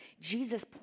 Jesus